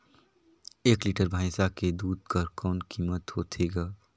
एक लीटर भैंसा के दूध कर कौन कीमत होथे ग?